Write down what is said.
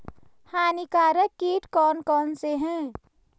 हानिकारक कीट कौन कौन से हैं?